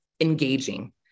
engaging